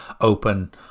open